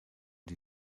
die